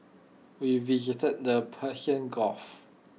we visited the Persian gulf